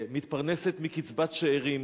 שמתפרנסת מקצבת שאירים,